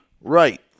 Right